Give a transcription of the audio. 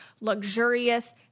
luxurious